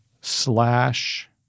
slash